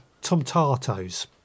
tomatoes